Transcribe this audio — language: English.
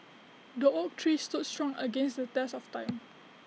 the oak tree stood strong against the test of time